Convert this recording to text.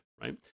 right